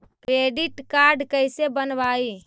Credit card कैसे बनवाई?